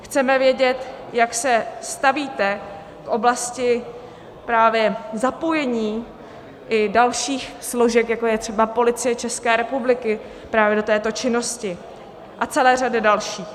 Chceme vědět, jak se stavíte k oblasti právě zapojení i dalších složek, jako je třeba Policie ČR, právě do této činnosti a celé řady dalších.